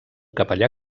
capellà